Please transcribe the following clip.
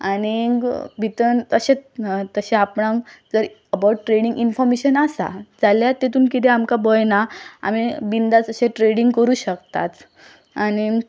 आनीक भितर तशेंच तशें आपणाक जर अबावट ट्रेडींग इनफॉर्मेशन आसा जाल्यार तितून कितें आमकां भंय ना आमी बिनधास्त अशें ट्रेडींग करूं शकताताच आनी